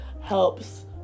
helps